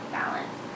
balance